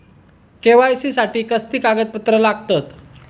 KYC साठी कसली कागदपत्र लागतत?